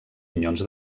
minyons